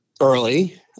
early